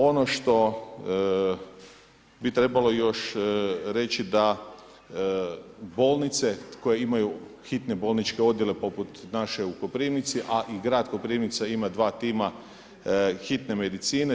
Ono što bi trebalo još reći da bolnice koje imaju hitne bolničke odjele poput naše u Koprivnici, a i grad Koprivnica ima dva tima hitne medicine.